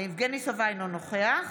אינו נוכח